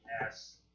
Yes